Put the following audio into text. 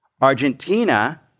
Argentina